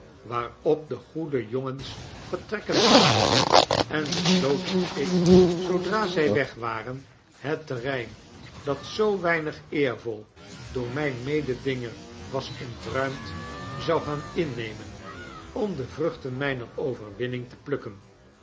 waarop de goede jongens vertrekken zouden en besloot dat ik zoodra zy weg waren het terrein dat zoo weinig eervol door mijn mededinger was ontruimd zou gaan innemen om de vruchten myner overwinning te plukken